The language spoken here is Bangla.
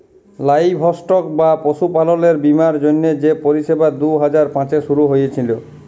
লাইভস্টক বা পশুপাললের বীমার জ্যনহে যে পরিষেবা দু হাজার পাঁচে শুরু হঁইয়েছিল